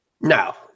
No